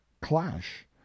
clash